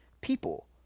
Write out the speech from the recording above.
people